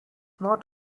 not